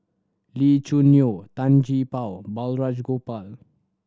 Lee Choo Neo Tan Gee Paw Balraj Gopal